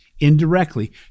indirectly